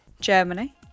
Germany